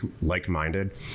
like-minded